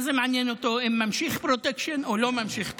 מה זה מעניין אותו אם הפרוטקשן ממשיך או לא ממשיך?